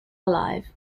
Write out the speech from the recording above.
alive